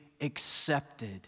accepted